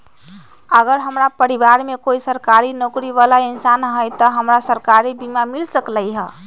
अगर हमरा परिवार में कोई सरकारी नौकरी बाला इंसान हई त हमरा सरकारी बीमा मिल सकलई ह?